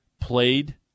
played